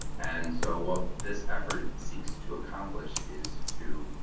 and so what this effort seeks to accomplish is to,